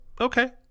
okay